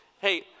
Hey